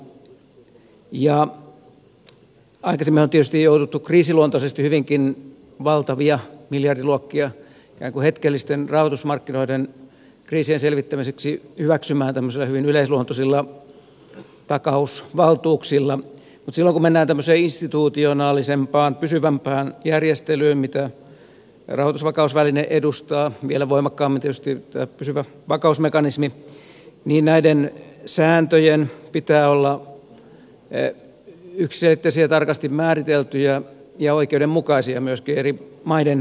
aikaisemminhan on tietysti jouduttu kriisiluonteisesti hyvinkin valtavia miljardiluokkia ikään kuin hetkellisten rahoitusmarkkinoiden kriisien selvittämiseksi hyväksymään tämmöisillä hyvin yleisluontoisilla takausvaltuuksilla mutta silloin kun mennään tämmöiseen institutionaalisempaan pysyvämpään järjestelyyn mitä rahoitusvakausväline edustaa vielä voimakkaammin tietysti tämä pysyvä vakausmekanismi näiden sääntöjen pitää olla yksiselitteisiä ja tarkasti määriteltyjä ja oikeudenmukaisia myöskin eri maiden kesken